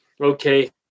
okay